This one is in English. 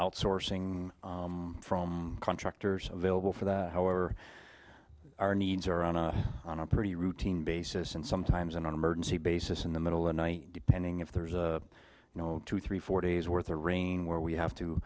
outsourcing from contractors available for that however our needs are on a on a pretty routine basis and sometimes an emergency basis in the middle of the night depending if there's a you know two three four days worth of rain where we have to